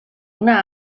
una